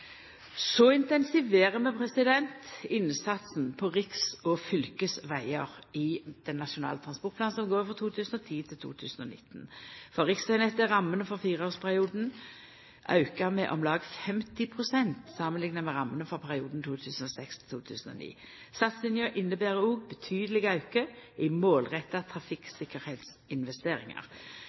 Så intensiverer vi innsatsen på riks- og fylkesvegar i Nasjonal transportplan 2010–2019. For riksvegnettet er rammene for fireårsperioden auka med om lag 50 pst. samanlikna med rammene for perioden 2006–2009. Satsinga inneber òg betydeleg auke i målretta